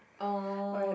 oh